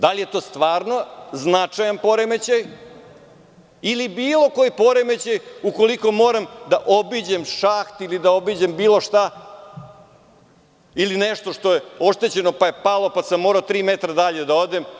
Da li je to stvarno značajan poremećaj ili bilo koji poremećaj ukoliko moram da obiđem šaht ili da obiđem bilo šta, nešto što je oštećeno pa je palo, pa sam morao tri metra dalje da odem?